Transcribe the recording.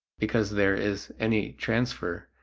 because there is any transfer,